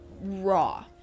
raw